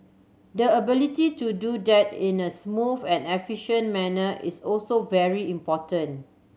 the ability to do that in a smooth and efficient manner is also very important